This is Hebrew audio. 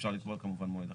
אפשר לקבוע כמובן מועד אחר.